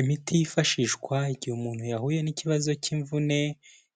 Imiti yifashishwa igihe umuntu yahuye n'ikibazo cy'imvune,